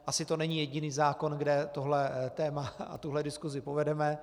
Asi to není jediný zákon, kde tohle téma a tuhle diskusi povedeme.